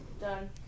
Done